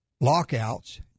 Lockouts